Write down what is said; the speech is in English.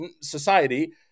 society